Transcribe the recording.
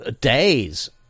days